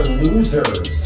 losers